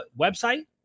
website